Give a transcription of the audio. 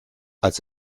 als